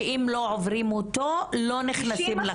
שאם לא עוברים אותו לא מקבלים את